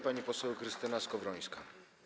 Pani poseł Krystyna Skowrońska.